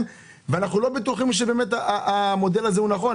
ואנחנו לא בטוחים שבאמת המודל הזה הוא נכון.